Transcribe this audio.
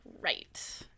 Right